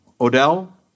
Odell